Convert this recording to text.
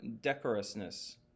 decorousness